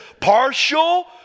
Partial